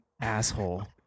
asshole